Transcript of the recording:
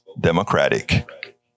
Democratic